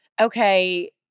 okay